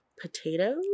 potatoes